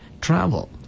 travel